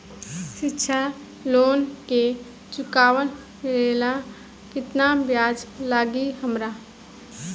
शिक्षा लोन के चुकावेला केतना ब्याज लागि हमरा?